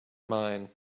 mine